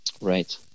Right